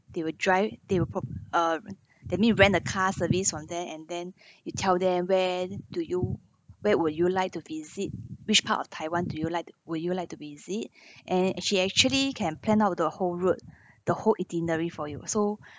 they will drive they will pro~ uh that mean rent a car service from there and then you tell them when do you where would you like to visit which part of taiwan do you like would you like to visit and she actually can plan out the whole road the whole itinerary for you so